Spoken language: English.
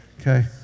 Okay